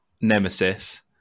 nemesis